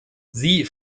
sie